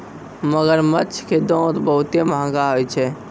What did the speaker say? मगरमच्छ के दांत बहुते महंगा होय छै